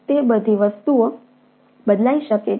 તે બધી વસ્તુઓ બદલાઈ શકે છે